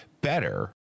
better